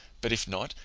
but if not,